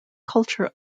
culture